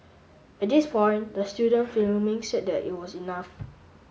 at this point the student filming said that it was enough